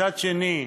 מצד שני,